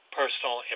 personal